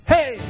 Hey